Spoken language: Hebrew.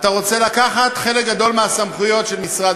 אתה רוצה לקחת חלק גדול מהסמכויות של משרד